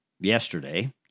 yesterday